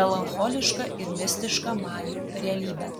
melancholiška ir mistiška majų realybe